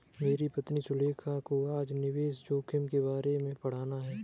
मेरी पत्नी सुलेखा को आज निवेश जोखिम के बारे में पढ़ना है